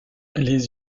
les